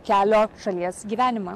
kelio šalies gyvenimą